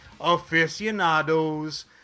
aficionados